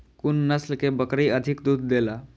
कुन नस्ल के बकरी अधिक दूध देला?